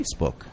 Facebook